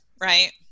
right